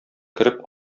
кереп